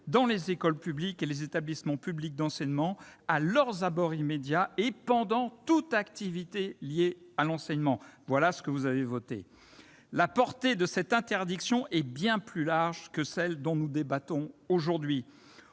dans les écoles publiques et les établissements publics locaux d'enseignement, à leurs abords immédiats et pendant toute activité liée à l'enseignement. » Voilà ce que vous avez voté ! C'est excellent ! La portée de cette interdiction est bien plus large que celle dont nous débattons aujourd'hui.